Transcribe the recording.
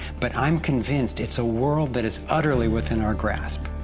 but i'm convinced it's a world that is utterly within our grasp.